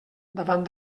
davant